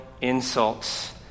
insults